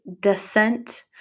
descent